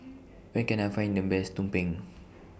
Where Can I Find The Best Tumpeng